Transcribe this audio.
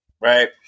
right